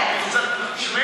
הוא יכול לשלב את שניהם יחד.